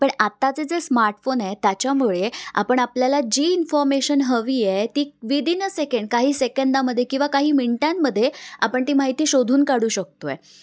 पण आत्ताचे जे स्मार्टफोन आहे त्याच्यामुळे आपण आपल्याला जी इन्फॉमेशन हवी आहे ती विदीन अ सेकेंड काही सेकंदामध्ये किंवा काही मिनटांमध्ये आपण ती माहिती शोधून काढू शकतो आहे